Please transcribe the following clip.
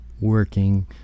working